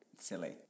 Silly